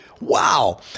Wow